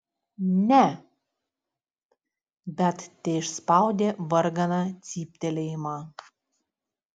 ne bet teišspaudė varganą cyptelėjimą